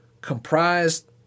comprised